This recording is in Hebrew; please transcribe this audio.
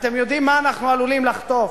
ואתם יודעים מה אנחנו עלולים לחטוף,